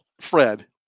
Fred